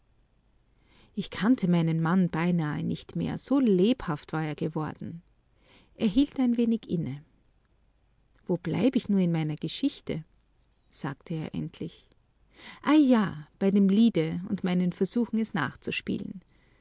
ich kannte meinen mann beinahe nicht mehr so lebhaft war er geworden er hielt ein wenig inne wo blieb ich nur in meiner geschichte sagte er endlich ei ja bei dem liede und meinen versuchen es nachzuspielen